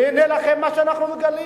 והנה לכם, מה שאנחנו מגלים,